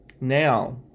Now